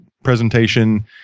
presentation